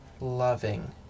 loving